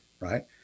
right